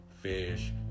fish